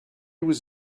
was